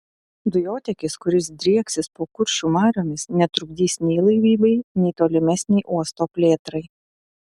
dujotiekis kuris drieksis po kuršių mariomis netrukdys nei laivybai nei tolimesnei uosto plėtrai